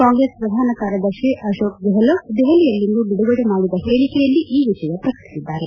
ಕಾಂಗ್ರೆಸ್ ಪ್ರಧಾನ ಕಾರ್ಯದರ್ಶಿ ಅಕೋಕ್ ಗೆಹ್ಲೋಟ್ ದೆಹಲಿಯಲ್ಲಿಂದು ಬಿಡುಗಡೆ ಮಾಡಿದ ಹೇಳಿಕೆಯಲ್ಲಿ ಈ ವಿಷಯ ಪ್ರಕಟಿಸಿದ್ದಾರೆ